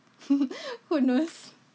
who knows